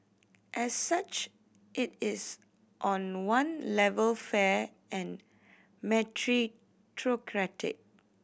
as such it is on one level fair and meritocratic